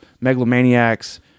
megalomaniacs